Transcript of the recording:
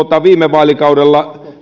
viime vaalikaudella